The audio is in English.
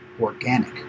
organic